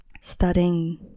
studying